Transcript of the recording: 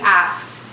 asked